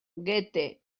goethe